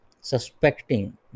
suspecting